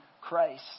Christ